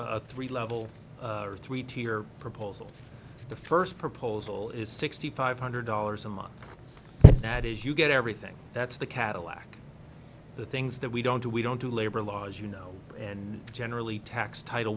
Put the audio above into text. a three level or three tier proposal the first proposal is sixty five hundred dollars a month that is you get everything that's the cadillac the things that we don't do we don't do labor laws you know and generally tax title